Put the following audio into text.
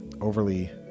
overly